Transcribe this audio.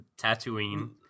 Tatooine